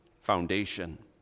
foundation